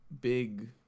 big